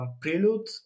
Prelude